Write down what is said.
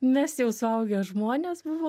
mes jau suaugę žmonės buvo